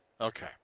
Okay